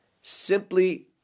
Simply